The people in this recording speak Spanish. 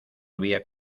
había